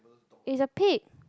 is a pit